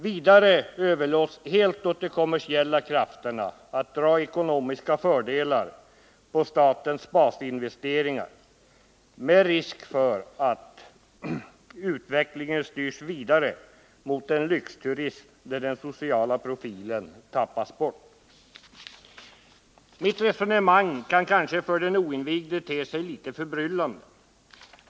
Vidare överlåts helt åt de kommersiella krafterna att dra ekonomiska fördelar av statens basinvesteringar, med risk för att utvecklingen styrs vidare mot en lyxturism där den sociala profilen tappats bort. Mitt resonemang kan kanske för den oinvigde te sig litet förbryllande.